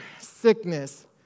Sickness